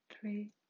three